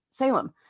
Salem